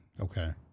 okay